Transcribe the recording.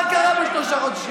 מה קרה בשלושה חודשים?